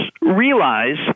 realize